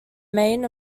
main